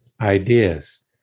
ideas